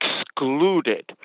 excluded